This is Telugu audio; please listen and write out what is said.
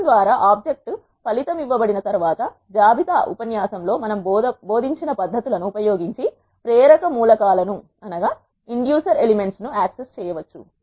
ఫంక్షన్ ద్వారా ఆబ్జెక్ట్ ఫలితం ఇవ్వబడిన తర్వాత జాబితా ఉపన్యాసంలో మనం బోధించిన పద్ధతులను ఉపయోగించి ప్రేరక మూలకాలను యాక్సెస్ చేయవచ్చు